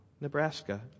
nebraska